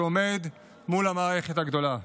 שעומד מול המערכת הגדולה.